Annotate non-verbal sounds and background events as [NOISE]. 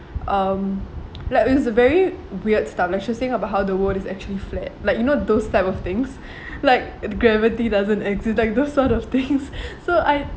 um like is a very weird stuff like trusting about how the world is actually flat like you know those type of things [BREATH] like gravity doesn't exist like those sort of things so I